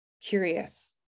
curious